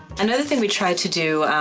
another thing we tried to do,